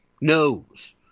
knows